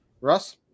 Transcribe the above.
russ